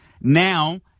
now